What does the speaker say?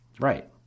Right